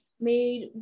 made